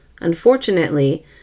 Unfortunately